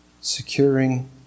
Securing